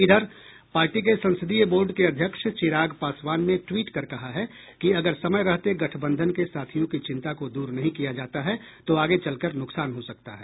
इधर पार्टी के संसदीय बोर्ड के अध्यक्ष चिराग पासवान ने ट्वीट कर कहा है कि अगर समय रहते गठबंधन के साथियों की चिंता को दूर नहीं किया जाता है तो आगे चलकर नुकसान हो सकता है